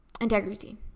integrity